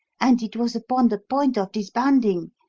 and it was upon the point of disbanding.